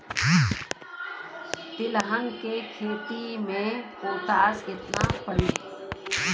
तिलहन के खेती मे पोटास कितना पड़ी?